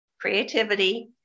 creativity